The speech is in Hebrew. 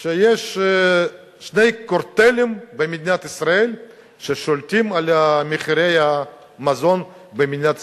שיש שני קרטלים במדינת ישראל ששולטים על מחירי המזון במדינת ישראל.